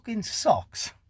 socks